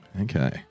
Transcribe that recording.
okay